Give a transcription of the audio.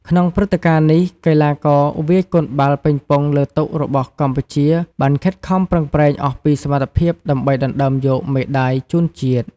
ក្នុងព្រឹត្តិការណ៍នេះ កីឡាករវាយកូនបាល់ប៉េងប៉ុងលើតុរបស់កម្ពុជាបានខិតខំប្រឹងប្រែងអស់ពីសមត្ថភាពដើម្បីដណ្ដើមយកមេដាយជូនជាតិ។